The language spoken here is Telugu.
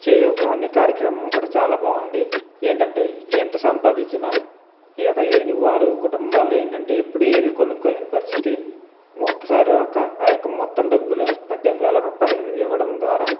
చేయూత అనే కార్యక్రమం కూడా చాలా బాగుంది ఏంటంటే ఎంత సంపాదించినా ఈ యొక్క లేనివారు కుటుంబాలు ఏంటంటే ఎప్పుడు ఏవి కొనుక్కోలేని పరిస్థితి ఒక్కసారే ఒక ఆ యొక్క మొత్తం డబ్బును పద్దెనిమిది వేల రూపాయలు ఇవ్వడం ద్వారా